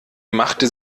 machte